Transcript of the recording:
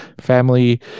family